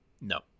No